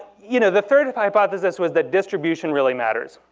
you know the third hypothesis was that distribution really matters.